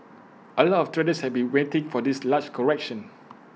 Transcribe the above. A lot of traders have been waiting for this large correction